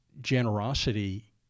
generosity